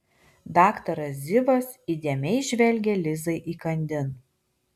daktaras zivas įdėmiai žvelgė lizai įkandin